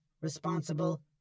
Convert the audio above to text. responsible